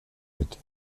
mit